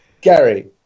Gary